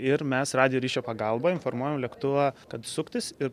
ir mes radijo ryšio pagalba informuojam lėktuvą kad suktis ir